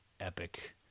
epic